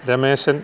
Rameshan